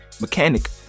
mechanic